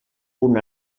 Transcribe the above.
punt